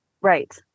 Right